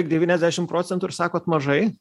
devyniasdešim procentų ir sakot mažai